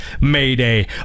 Mayday